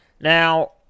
Now